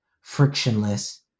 frictionless